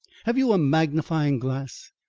have you a magnifying-glass?